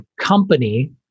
company